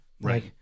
Right